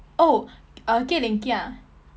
oh uh keling kia